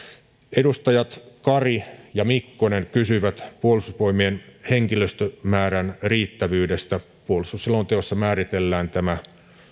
edustajat kari ja mikkonen kysyivät puolustusvoimien henkilöstömäärän riittävyydestä puolustusselonteossa määritellään tämä